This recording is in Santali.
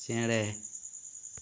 ᱪᱮᱬᱮ